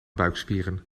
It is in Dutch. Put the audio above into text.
buikspieren